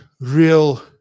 real